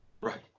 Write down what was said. Right